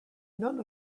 none